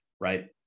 right